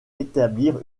établir